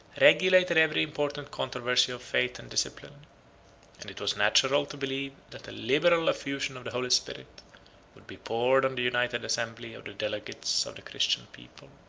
regulated every important controversy of faith and discipline and it was natural to believe that a liberal effusion of the holy spirit would be poured on the united assembly of the delegates of the christian people.